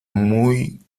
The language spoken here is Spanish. muy